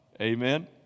Amen